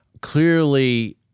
clearly